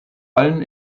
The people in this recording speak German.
allem